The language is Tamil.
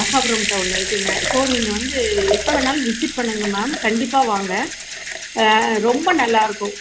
அஹாபுரம்ட்டே ஒன்று இருக்குங்க ஸோ நீங்கள் வந்து எப்போ வேணாலும் விசிட் பண்ணுங்க மேம் கண்டிப்பாக வாங்க ரொம்ப நல்லா இருக்கும்